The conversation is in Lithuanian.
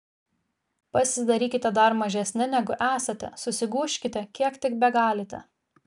pasidarykite dar mažesni negu esate susigūžkite kiek tik begalite